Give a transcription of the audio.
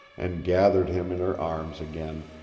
and gathered him in her arms again,